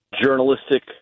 journalistic